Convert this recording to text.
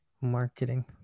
marketing